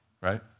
right